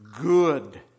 good